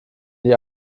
die